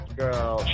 girl